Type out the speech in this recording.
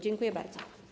Dziękuję bardzo.